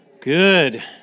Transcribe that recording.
Good